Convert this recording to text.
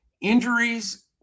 Injuries